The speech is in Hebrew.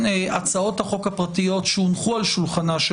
הצעות החוק הפרטיות שהונחו על שולחנה של